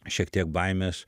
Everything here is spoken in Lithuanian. šiek tiek baimės